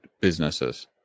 businesses